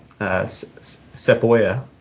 Sepoya